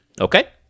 okay